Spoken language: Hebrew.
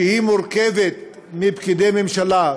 שהיא מורכבת מפקידי ממשלה,